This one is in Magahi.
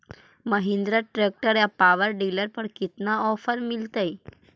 महिन्द्रा ट्रैक्टर या पाबर डीलर पर कितना ओफर मीलेतय?